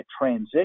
transition